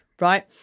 right